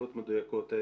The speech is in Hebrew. התשובות מדויקות.